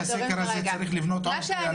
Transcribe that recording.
לפי הסקר הזה צריך לבנות אני לא יודע עוד כמה בתי כלא.